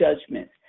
judgments